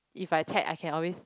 if I chat I can always